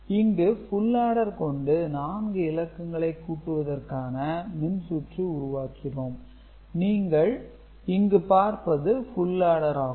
இங்கு full adder கொண்டு நான்கு இலக்கங்களை கூட்டுவதற்கான மின்சுற்று உருவாக்கியிருக்கிறோம் நீங்கள் இங்கு பார்ப்பது புல் ஆடர் ஆகும்